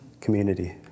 community